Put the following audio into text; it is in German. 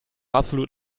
absolut